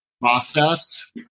process